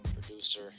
producer